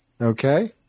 Okay